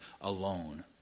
alone